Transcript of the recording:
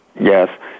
Yes